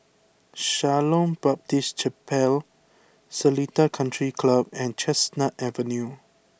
Shalom Baptist Chapel Seletar Country Club and Chestnut Avenue